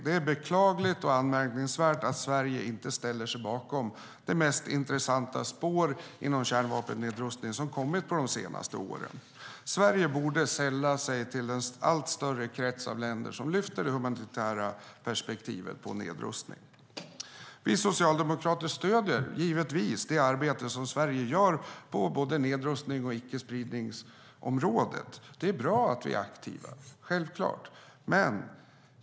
Det är beklagligt och anmärkningsvärt att Sverige inte ställer sig bakom det mest intressanta spåret inom kärnvapennedrustning som kommit de senaste åren. Sverige borde sälla sig till den allt större krets av länder som lyfter det humanitära perspektivet på nedrustning. Vi socialdemokrater stöder givetvis det arbete som Sverige gör på nedrustnings och icke-spridningsområdet. Det är självklart bra att vi är aktiva.